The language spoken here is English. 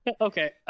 Okay